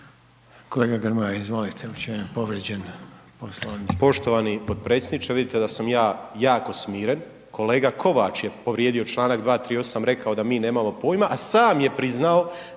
Kolega Grmoja, izvolite, u čemu je povrijeđen Poslovnik?